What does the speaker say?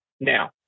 Now